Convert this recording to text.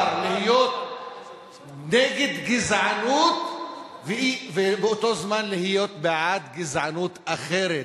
אי-אפשר להיות נגד גזענות ובאותו זמן להיות בעד גזענות אחרת.